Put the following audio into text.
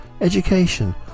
education